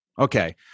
Okay